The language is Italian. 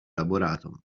elaborato